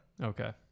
Okay